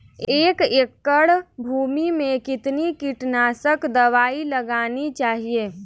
एक एकड़ भूमि में कितनी कीटनाशक दबाई लगानी चाहिए?